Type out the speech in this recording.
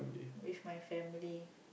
with my family